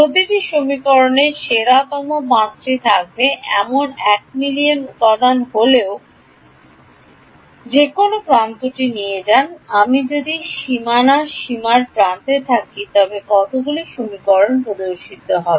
প্রতিটি সমীকরণের সেরাতম 5 টি থাকবে এমন এক মিলিয়ন উপাদান থাকলেও যে কোনও প্রান্তটি নিয়ে যান আমি যদি সীমানা সীমানার প্রান্তে থাকি তবে কতগুলি সমীকরণ প্রদর্শিত হবে